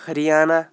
Haryana